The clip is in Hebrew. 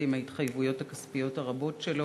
עם ההתחייבויות הכספיות הרבות שלו.